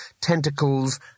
Tentacles